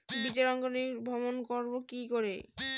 বীজের অঙ্কোরি ভবন করব কিকরে?